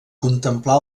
contemplar